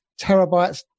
terabytes